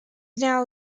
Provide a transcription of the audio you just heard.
now